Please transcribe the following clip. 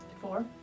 Four